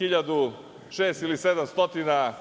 1.600 ili 1.700